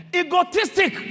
egotistic